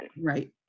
Right